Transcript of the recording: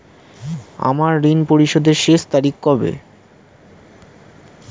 আমার ঋণ পরিশোধের শেষ তারিখ কবে?